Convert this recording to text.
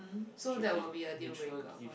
so that will be a deal breaker for